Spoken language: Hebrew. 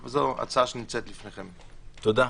תודה.